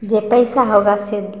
जे पइसा होगा से